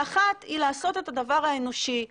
האחת היא לעשות את הדבר האנושי,